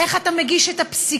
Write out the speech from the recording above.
איך אתה מגיש את הפסיקה.